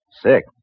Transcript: Sick